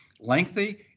lengthy